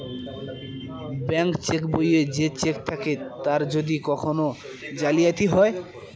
bank cheque বইয়ে যে cheque থাকে তার যদি কখন জালিয়াতি হয়